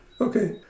Okay